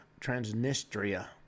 Transnistria